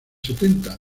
setenta